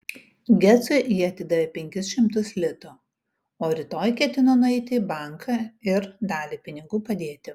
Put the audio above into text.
gecui ji atidavė penkis šimtus litų o rytoj ketino nueiti į banką ir dalį pinigų padėti